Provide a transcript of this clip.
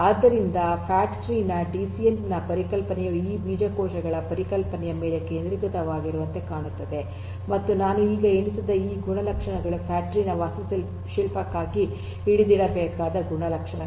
ಆದ್ದರಿಂದ fat tree ನ DCN ನ ಪರಿಕಲ್ಪನೆಯು ಈ ಬೀಜಕೋಶಗಳ ಪರಿಕಲ್ಪನೆಯ ಮೇಲೆ ಕೇಂದ್ರೀಕೃತವಾಗಿರುವಂತೆ ಕಾಣುತ್ತದೆ ಮತ್ತು ನಾನು ಈಗ ಎಣಿಸಿದ ಈ ಗುಣಲಕ್ಷಣಗಳು ಫ್ಯಾಟ್ ಟ್ರೀ ನ ವಾಸ್ತುಶಿಲ್ಪಕ್ಕಾಗಿ ಹಿಡಿದಿಡಬೇಕಾದ ಗುಣಲಕ್ಷಣಗಳು